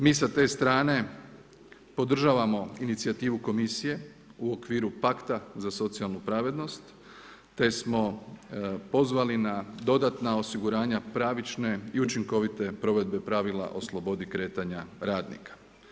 Mi sa te strane podržavamo inicijativu komisije u okviru pakta za socijalnu pravednost te smo pozvali na dodatna osigurana pravične i učinkovite provedbe pravila o slobodi kretanja radnika.